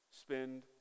spend